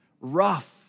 rough